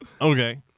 Okay